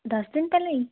ਦਸ ਦਿਨ ਪਹਿਲਾਂ ਜੀ